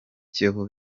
kiyovu